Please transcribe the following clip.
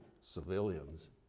civilians